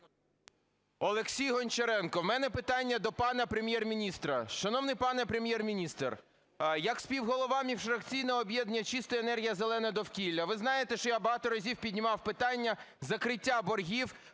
Олексій Гончаренко. В мене питання до пана Прем'єр-міністра. Шановний пане Прем'єр-міністр, як співголова міжфракційного об'єднання "Чиста енергія – зелене довкілля", ви знаєте, що я багато разів піднімав питання закриття боргів